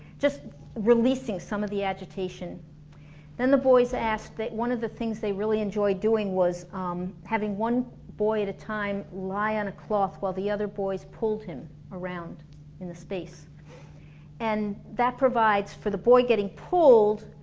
just releasing some of the agitation then the boys asked one of the things they really enjoyed doing was um having one boy at a time lie on a cloth while the other boys pulled him around in the space and that provides for the boy getting pulled